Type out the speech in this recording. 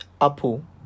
Apple